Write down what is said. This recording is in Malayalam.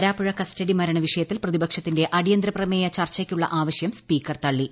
വരാപ്പുഴ കസ്റ്റഡി മരണ വിഷയത്തിൽ പ്രതിപക്ഷത്തിന്റെ അടിയന്തര പ്രമേയ ചർച്ചയ്ക്കുളള ആവശ്യം സ്പീക്കർ തളളി